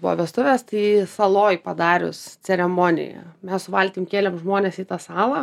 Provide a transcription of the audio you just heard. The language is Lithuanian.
buvo vestuvės tai saloj padarius ceremoniją mes valtim kėlėme žmones į tą salą